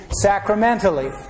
sacramentally